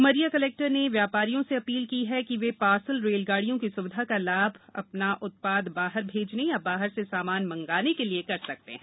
Umaria collector ने व्यापारियों से अपील की है कि वे पार्सल रेलगाड़ियों की सुविधा का लाभ अपना उत्पाद बाहर भेजने या बाहर से सामान मंगाने के लिए कर सकते हैं